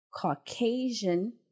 Caucasian